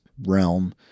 realm